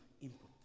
input